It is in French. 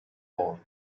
hall